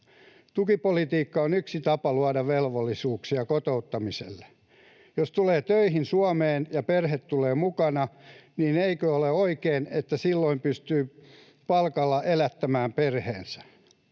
Tukipolitiikka on yksi tapa luoda velvollisuuksia kotouttamiselle. Jos tulee töihin Suomeen ja perhe tulee mukana, eikö ole oikein, että silloin pystyy palkalla elättämään perheensä?